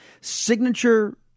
signature